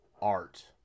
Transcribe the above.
art